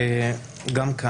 אני שוב